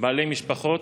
בעלי משפחות,